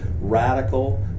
radical